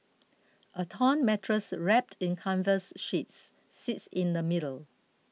a torn mattress wrapped in canvas sheets sits in the middle